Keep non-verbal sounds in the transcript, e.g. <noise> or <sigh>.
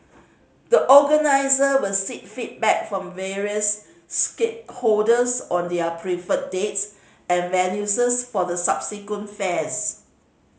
the organiser will seek feedback from various stakeholders on their preferred dates and <unintelligible> for the subsequent fairs